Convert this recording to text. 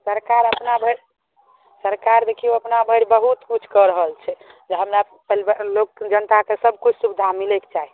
सरकार अपना भरि सरकार देखिऔ अपना भरि बहुत किछु कऽ रहल छै जे हमरा परिवार लोक जनताकेँ सबकिछुके सुविधा मिलैक चाही